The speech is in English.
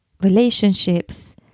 relationships